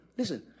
listen